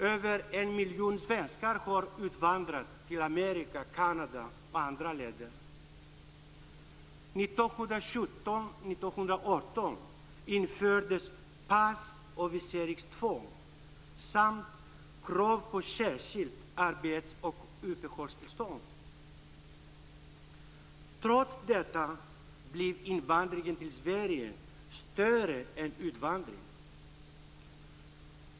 Över en miljon svenskar utvandrade till Amerika, Kanada och andra länder. 1917-1918 infördes pass och viseringstvång samt krav på särskilt arbets och uppehållstillstånd. Trots detta blev invandringen till Sverige större än utvandringen.